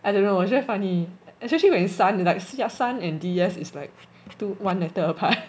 I don't know it's very funny especially when you see like your son and d s is like two one letter apart